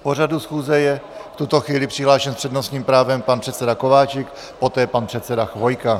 K pořadu schůze je v tuto chvíli přihlášen s přednostním právem pan předseda Kováčik, poté pan předseda Chvojka.